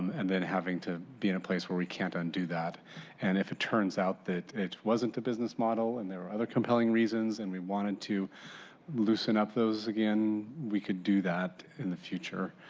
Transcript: and then having to be in a place where we can't undo that and if it turns out that it wasn't business model and there were other compelling reasons and we wanted to loosen up those again we could do that in the future.